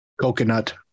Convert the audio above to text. Coconut